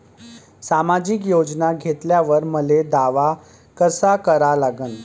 सामाजिक योजना घेतल्यावर मले दावा कसा करा लागन?